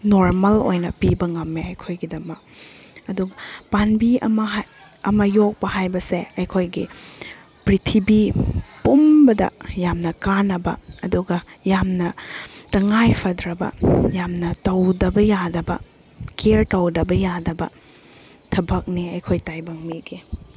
normal ꯑꯣꯏꯅ ꯄꯤꯕ ꯉꯝꯃꯦ ꯑꯩꯈꯣꯏꯒꯤꯗꯃꯛ ꯑꯗꯨꯒ ꯄꯥꯟꯕꯤ ꯑꯃ ꯑꯃ ꯌꯣꯛꯄ ꯍꯥꯏꯕꯁꯦ ꯑꯩꯈꯣꯏꯒꯤ ꯄ꯭ꯔꯤꯊꯤꯕꯤ ꯄꯨꯝꯕꯗ ꯌꯥꯝꯅ ꯀꯥꯟꯅꯕ ꯑꯗꯨꯒ ꯌꯥꯝꯅ ꯇꯉꯥꯏ ꯐꯗ꯭ꯔꯕ ꯌꯥꯝꯅ ꯇꯧꯗꯕ ꯌꯥꯗꯕ ꯀꯤꯌꯔ ꯇꯧꯗꯕ ꯌꯥꯗꯕ ꯊꯕꯛꯅꯦ ꯑꯩꯈꯣꯏ ꯇꯥꯏꯕꯪ ꯃꯤꯒꯤ